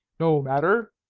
no matter.